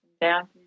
down